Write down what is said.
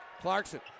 Clarkson